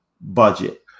budget